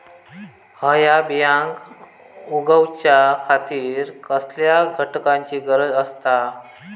हया बियांक उगौच्या खातिर कसल्या घटकांची गरज आसता?